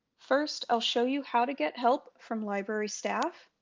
first i'll show you how to get help from library staff.